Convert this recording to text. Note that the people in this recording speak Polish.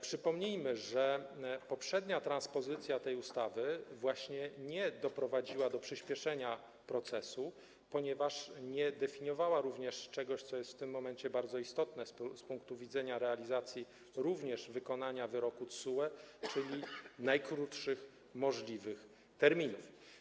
Przypomnijmy, że poprzednia transpozycja tej ustawy nie doprowadziła do przyspieszenia procesu, ponieważ nie definiowała również czegoś, co jest w tym momencie bardzo istotne z punktu widzenia realizacji również wykonania wyroku TSUE, czyli najkrótszych możliwych terminów.